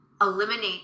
eliminate